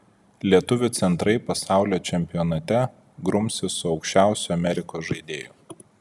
lietuvių centrai pasaulio čempionate grumsis su aukščiausiu amerikos žaidėju